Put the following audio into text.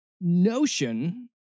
notion